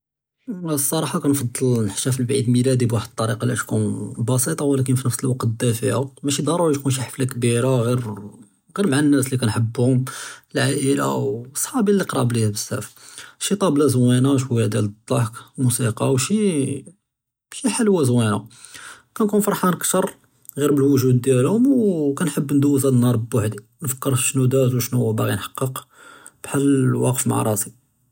לְסַרְחַה כַּאנְפַדַּל נַחְתַפְּל בְּעִיד מִילַדִי בְּוַחַד אֶלְטַּרִיקַה לִי כְּתוּן בְּסִיטַה וְלָקִין פִּי נְפְס אֶלְווַקְת דַּאְפֵּא מְשִׁי דַרּוּרִי כְּתוּן שִי חַפְלָה כְּבִּירָה, גִ'רִיר גִ'רִיר מַעַ אֶלְנָּאס לִי כַּאנְחַבְּהוּם, אֶלְעַאִילָה וְצַחָבִּי לִי קְרַאב לִיַא בְּזַאף, שִי טַלְבָּה זְוִינָה וְשְווַיַّا דִּיַאל אֶלְضְּחַק וְמוּסִיקַא וְשְווַיַّا שִי חֻלְוַא זְוִינָה, כַּאנְכּוּן פַרְחָאן אַכְתַּר גִ'רִיר בְּלוּגְ'וּד דִּיַאלְהוּם וְכַאנְחַבּ נְדּוּז הַאד אֶלְנְּהַאר בְּוַחְדִי נְפַכֵּר בִּשְנוּ דָּאר וְשְנוּ בָּאגִי נְחַקִּק, בְּחַל וָאקֵף מַעַ רַאסִי.